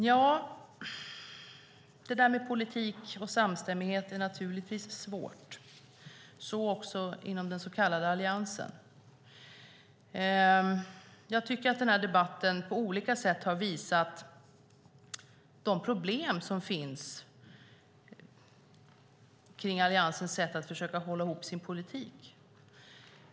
Nja, det där med politik och samstämmighet är naturligtvis svårt. Så också inom den så kallade Alliansen. Jag tycker att den här debatten på olika sätt har visat de problem som finns kring Alliansens sätt att försöka hålla ihop sin politik.